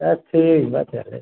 तब ठीक है चलिए